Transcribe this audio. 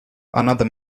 another